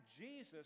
Jesus